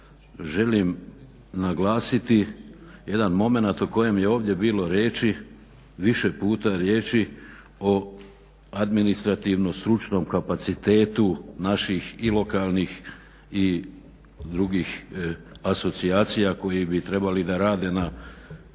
želim naglasiti jedan momenat o kojem je ovdje bilo riječi. Više puta riječi o administrativno-stručnom kapacitetu naših i lokalnih i drugih asocijacija koji bi trebali da rade na